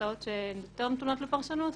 אסמכתאות שהן יותר נתונות לפרשנות,